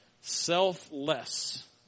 Selfless